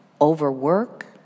overwork